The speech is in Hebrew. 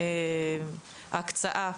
זה שההקצאה